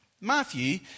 Matthew